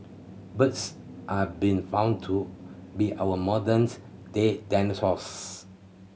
birds have been found to be our modern day dinosaurs